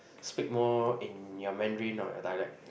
speak more in your Mandarin or your dialect